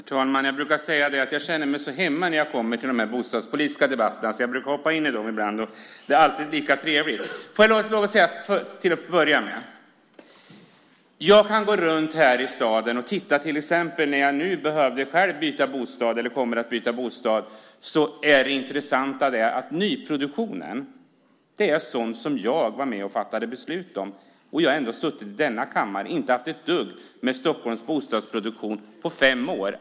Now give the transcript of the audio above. Herr talman! Jag brukar säga att jag känner mig hemma när jag kommer till de bostadspolitiska debatterna. Jag hoppar in i dem ibland, och det är alltid lika trevligt. Låt mig till att börja med säga att när jag går runt i Stockholm och tittar, till exempel nu när jag själv kommer att byta bostad, ser jag att nyproduktionen består av sådant som jag var med och fattade beslut om. Då har jag ändå suttit i denna kammare och inte haft ett dugg med Stockholms bostadsproduktion att göra på fem år.